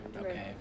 Okay